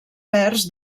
verds